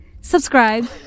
subscribe